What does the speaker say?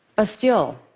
ah still,